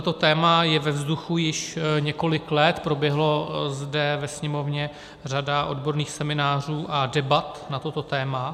Toto téma je ve vzduchu již několik let, proběhla zde ve Sněmovně řada odborných seminářů a debat na toto téma.